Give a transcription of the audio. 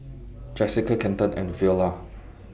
Jessica Kenton and Veola